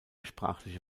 sprachliche